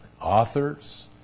authors